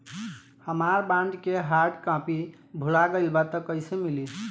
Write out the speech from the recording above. हमार बॉन्ड के hard copy भुला गएलबा त कैसे मिली?